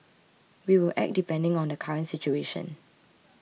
we will act depending on the current situation